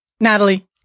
Natalie